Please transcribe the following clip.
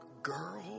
Girl